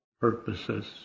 purposes